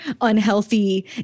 unhealthy